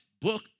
book